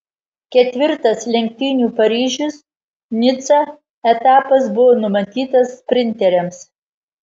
ketvirtas lenktynių paryžius nica etapas buvo numatytas sprinteriams